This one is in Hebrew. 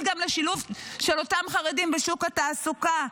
גם לשילוב של אותם חרדים בשוק התעסוקה,